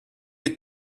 les